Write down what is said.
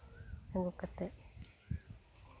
ᱟᱹᱜᱩ ᱠᱟᱛᱮ